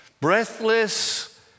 breathless